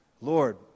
Lord